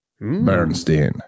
bernstein